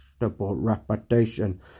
reputation